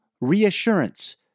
reassurance